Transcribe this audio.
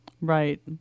Right